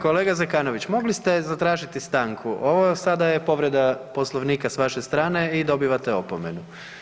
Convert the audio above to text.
Kolega Zekanović, mogli ste zatražiti stanku, ovo sada je povreda Poslovnika s vaše strane i dobivate opomenu.